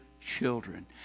children